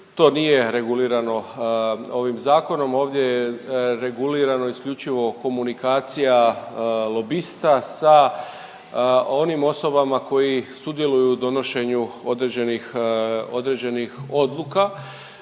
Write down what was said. to nije regulirano ovim zakonom. Ovdje je regulirano isključivo komunikacija lobista sa onim osobama koji sudjeluju u donošenju određenih,